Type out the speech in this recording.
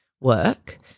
work